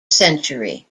century